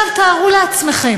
עכשיו, תארו לעצמכם,